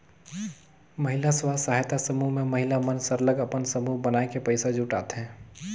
महिला स्व सहायता समूह में महिला मन सरलग अपन समूह बनाए के पइसा जुटाथें